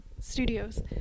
studios